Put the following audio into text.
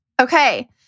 Okay